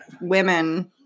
women